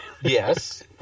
Yes